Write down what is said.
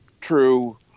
true